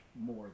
more